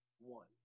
one